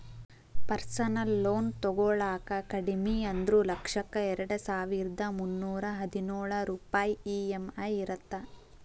personal loan ತೊಗೊಳಾಕ ಕಡಿಮಿ ಅಂದ್ರು ಲಕ್ಷಕ್ಕ ಎರಡಸಾವಿರ್ದಾ ಮುನ್ನೂರಾ ಹದಿನೊಳ ರೂಪಾಯ್ ಇ.ಎಂ.ಐ ಇರತ್ತ